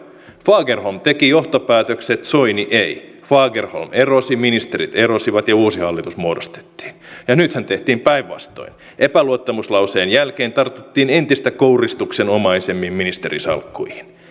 fagerholm teki johtopäätökset soini ei fagerholm erosi ministerit erosivat ja uusi hallitus muodostettiin nythän tehtiin päinvastoin epäluottamuslauseen jälkeen tartuttiin entistä kouristuksenomaisemmin ministerisalkkuihin